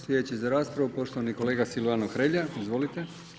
Sljedeći za raspravu poštovani kolega Silvano Hrelja, izvolite.